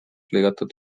lõigatud